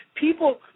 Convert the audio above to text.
people